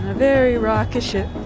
very rocket ship